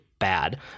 bad